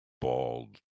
bald